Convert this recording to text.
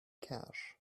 cash